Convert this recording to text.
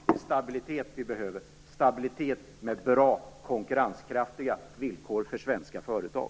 Det är stabilitet vi behöver, stabilitet med bra, konkurrenskraftiga villkor för svenska företag.